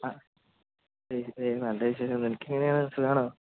ആ എനിക്ക് നല്ല വിശേഷം നിനക്കെങ്ങനെയാണ് സുഖമാണോ